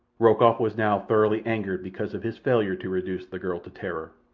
rokoff was now thoroughly angered because of his failure to reduce the girl to terror.